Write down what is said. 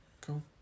Cool